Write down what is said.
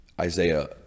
Isaiah